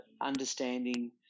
understanding